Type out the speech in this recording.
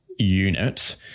Unit